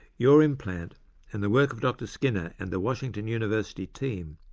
your implant and the work of dr skinner, and the washington university team,